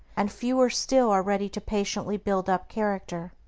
and fewer still are ready to patiently build up character.